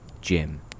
Jim